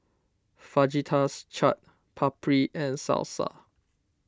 Fajitas Chaat Papri and Salsa